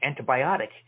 antibiotic